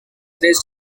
raised